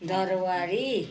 दरवारी